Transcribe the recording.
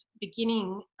beginning